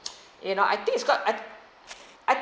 you know I think it's not I I